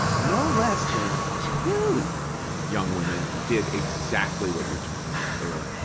no less than two young women did exactly what you're talking about. they were like,